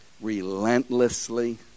Relentlessly